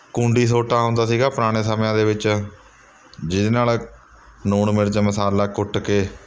ਕੁੰਡੀ ਸੋਟਾ ਆਉਂਦਾ ਸੀਗਾ ਪੁਰਾਣੇ ਸਮਿਆਂ ਦੇ ਵਿੱਚ ਜਿਹਦੇ ਨਾਲ ਨੂਣ ਮਿਰਚ ਮਸਾਲਾ ਕੁੱਟ ਕੇ